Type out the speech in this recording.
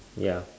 ya